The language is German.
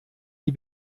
die